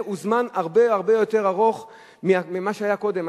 הוא זמן הרבה הרבה יותר ארוך ממה שהיה קודם.